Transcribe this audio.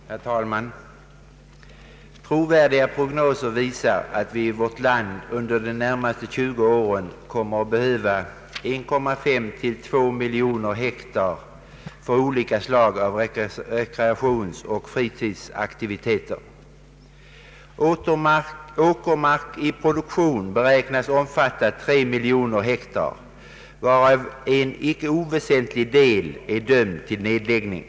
Herr talman! Trovärdiga prognoser visar att vi i vårt land under de närmaste 20 åren kommer att behöva 1,5 å 2 miljoner hektar för olika slag av rekreationsoch = fritidsaktiviteter. Åkermark i produktion beräknas omfatta 3 miljoner hektar, varav en icke oväsentlig del är dömd till nedläggning.